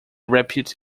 repute